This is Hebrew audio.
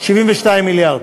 72 מיליארד.